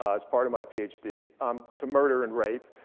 as part of my ph d um to murder and rape.